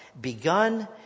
begun